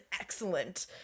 excellent